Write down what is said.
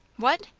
what,